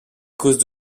cause